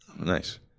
Nice